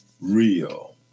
real